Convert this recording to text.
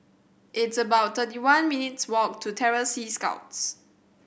it's about thirty one minutes walk to Terror Sea Scouts